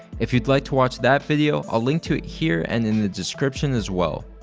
if you'd like to watch that video, i'll link to it here and in the description as well.